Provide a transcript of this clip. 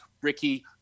Ricky